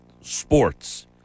sports